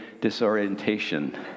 Disorientation